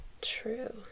true